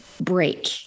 break